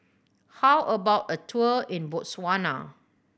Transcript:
how about a tour in Botswana